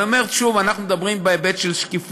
אבל אני אומר שוב, אנחנו מדברים בהיבט של שקיפות.